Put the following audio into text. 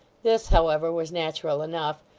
this, however, was natural enough,